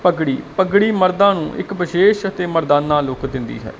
ਪਗੜੀ ਪਗੜੀ ਮਰਦਾਂ ਨੂੰ ਇੱਕ ਵਿਸ਼ੇਸ਼ ਅਤੇ ਮਰਦਾਨਾ ਲੁਕ ਦਿੰਦੀ ਹੈ